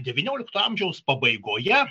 devyniolikto amžiaus pabaigoje